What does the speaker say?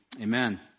Amen